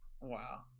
wow